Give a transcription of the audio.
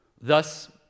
Thus